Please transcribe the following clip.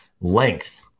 length